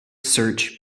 search